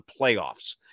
playoffs